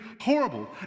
horrible